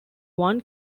one